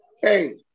hey